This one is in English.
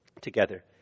together